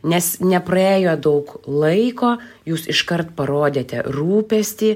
nes nepraėjo daug laiko jūs iškart parodėte rūpestį